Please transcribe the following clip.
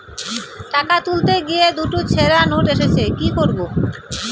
টাকা তুলতে গিয়ে দুটো ছেড়া নোট এসেছে কি করবো?